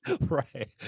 Right